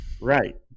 Right